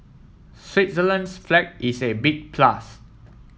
Switzerland's flag is a big plus